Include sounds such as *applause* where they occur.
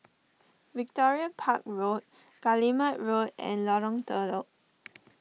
Victoria Park Road Guillemard Road and Lorong Telok *noise*